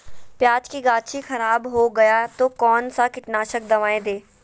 प्याज की गाछी खराब हो गया तो कौन सा कीटनाशक दवाएं दे?